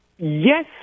Yes